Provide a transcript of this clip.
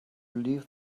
leave